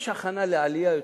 יש הכנה לעלייה.